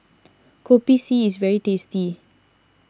Kopi C is very tasty